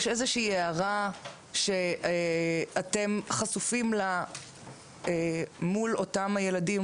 יש איזו שהיא הערה שאתם חשופים לה מול אותם הילדים,